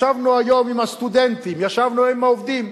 ישבנו היום עם הסטודנטים, ישבנו עם העובדים.